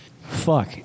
Fuck